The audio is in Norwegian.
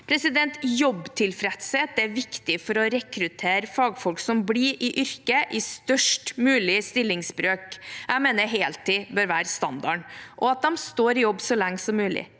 fagfolk. Jobbtilfredshet er viktig for å rekruttere fagfolk som blir i yrket i størst mulig stillingsbrøk – jeg mener heltid bør være standarden – og at de står i jobb så lenge som mulig.